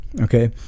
Okay